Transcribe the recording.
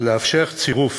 לאפשר צירוף